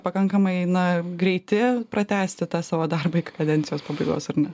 pakankamai na greiti pratęsti tą savo darbą iki kadencijos pabaigos ar ne